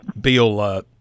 Bill –